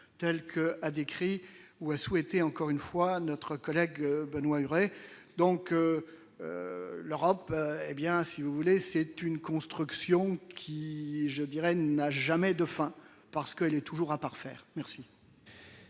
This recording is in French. telles que a décrit ou à souhaiter encore une fois, notre collègue Benoît Huré, donc l'Europe, hé bien, si vous voulez, c'est une construction qui je dirai n'a jamais de fin, parce qu'elle est toujours à parfaire, merci.